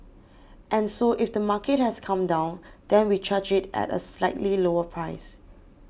and so if the market has come down then we charge it at a slightly lower price